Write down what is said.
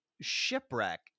shipwreck